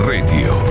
Radio